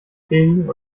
predigen